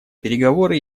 переговоры